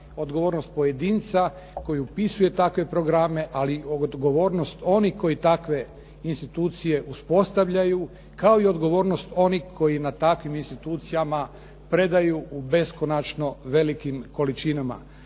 odgovornost pojedinca koji upisuje takve programe, ali i odgovornost onih koji takve institucije uspostavljaju, kao i odgovornost onih koji na takvim institucijama predaju u beskonačno velikim količinama.